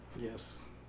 Yes